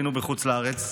היינו בחוץ לארץ,